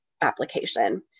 application